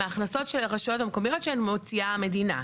מהכנסות של הרשויות המקומיות שמוציאה המדינה.